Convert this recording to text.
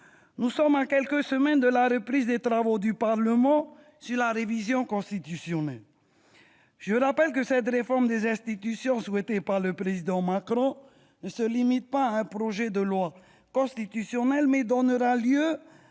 nous sommes à quelques semaines de la reprise des travaux du Parlement sur la révision constitutionnelle. Je rappelle que cette réforme des institutions souhaitée par le Président Macron ne se limite pas à un projet de loi constitutionnelle, mais donnera lieu